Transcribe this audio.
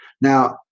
Now